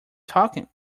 talking